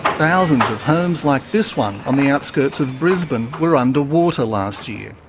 thousands of homes like this one on the outskirts of brisbane were under water last year.